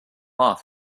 off